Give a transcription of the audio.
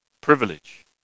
privilege